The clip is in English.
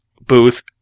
booth